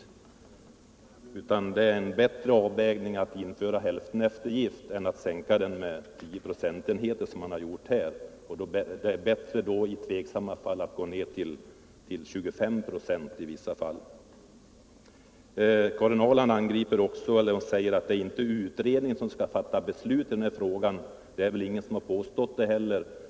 Au införa hälfteneftergift skulle innebära en bättre avvägning än att som föreslås här sänka ehergiften med 10 procentenheter —i så fall vore det bättre att gå ner till 25 96 i vissa fall. Karin Ahrland säger vidare att det inte är utredningen som skall fatta beslut i den här frågan. Men det har ju inte någon påstått.